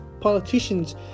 politicians